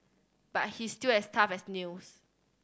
but he's still as tough as nails